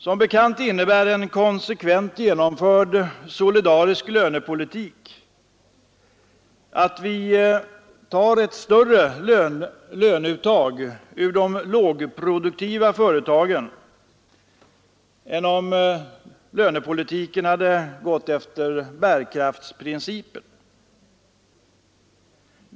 Som bekant innebär en konsekvent genomförd solidarisk lönepolitik att vi tar ett större löneuttag ur de lågproduktiva företagen än om lönepolitiken hade gått efter bärkraftsprincipen.